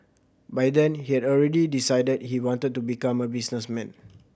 by then he had already decided he wanted to become a businessman